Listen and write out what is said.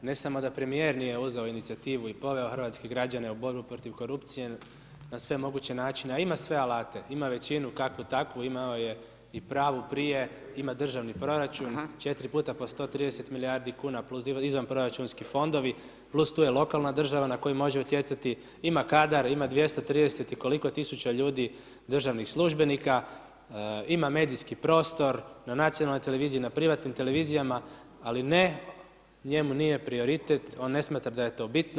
Ne samo da premijer nije uzeo inicijativu i poveo hrvatske građane u borbu protiv korupcije na sve moguće načine, a ima sve alate, ima većinu kakvu takvu, imao je i pravu prije, ima državni proračun, 4 puta po 130 milijardi kuna, plus izvanproračunski fondovi, plus tu je lokalna država na koju može utjecati, ima kadar, ima 230 i koliko tisuća ljudi, državnih službenika, ima medijski prostor, na nacionalnoj televiziji, na privatnim televizijama, ali ne, njemu nije prioritet, on ne smatra da je to bitno.